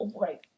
right